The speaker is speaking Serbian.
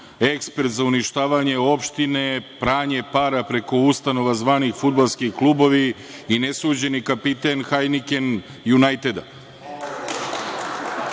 ekspert za uništavanje opštine, pranje para preko ustanova zvanih fudbalski klubovi i nesuđeni kapiten Hajniken